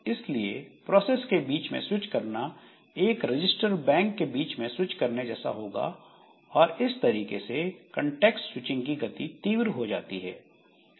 इसलिए प्रोसेस के बीच में स्विच करना एक रजिस्टर बैंक के बीच में स्विच करने जैसा होगा और इस तरीके से कॉन्टेक्स्ट स्विचिंग की गति तीव्र हो जाती है